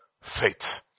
faith